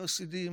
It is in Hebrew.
חסידים,